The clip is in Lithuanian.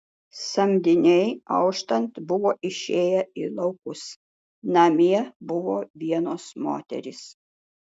samdiniai auštant buvo išėję į laukus namie buvo vienos moterys